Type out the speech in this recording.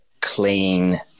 clean